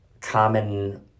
common